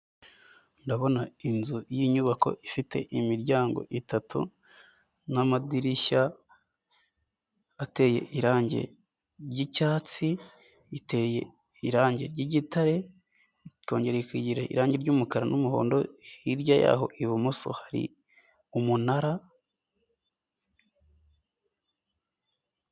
Ndabona inzu y'inyubako ifite imiryango itatu, n'amadirishya ateye irangi ry'icyatsi, iteye irangi ry'igitare, ikongera ikigira irangi ry'umukara n'umuhondo, hirya yaho ibumoso hari umunara.